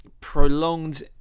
prolonged